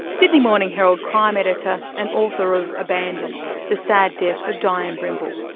sydney morning herald crime editor and author of abandoned the sad death of dianne brimble.